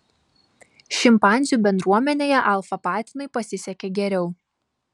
šimpanzių bendruomenėje alfa patinui pasisekė geriau